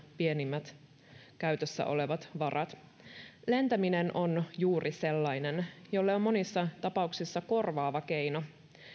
pienimmät käytössä olevat varat lentäminen on juuri sellainen jolle on monissa tapauksissa korvaava keino